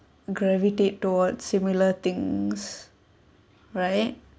gravitate towards similar things right